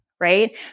right